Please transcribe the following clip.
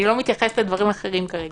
אני לא מתייחסת לדברים אחרים כרגע.